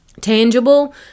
tangible